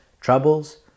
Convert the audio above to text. Troubles